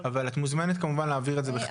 את מוזמנת כמובן להעביר את זה בכתב.